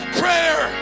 prayer